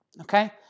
okay